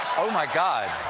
oh, my god.